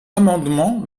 amendement